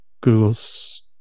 google's